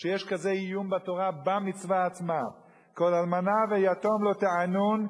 שיש כזה איום בתורה במצווה עצמה: כל אלמנה ויתום לא תענון,